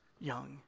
young